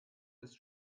ist